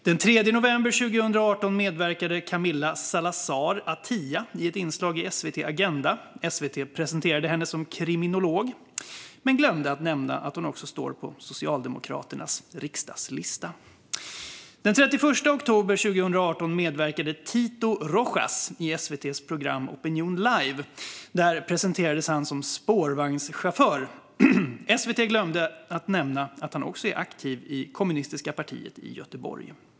Den 3 november 2018 medverkade Camila Salazar Atias i ett inslag i SVT:s Agenda . SVT presenterade henne som kriminolog men glömde nämna att hon också står på Socialdemokraternas riksdagslista. Den 31 oktober 2018 medverkade Tito Rojas i SVT:s program Opinion live . Där presenterades han som spårvagnschaufför. SVT glömde nämna att han också är aktiv i Kommunistiska partiet i Göteborg.